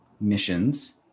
missions